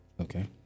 Okay